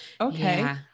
okay